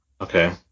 Okay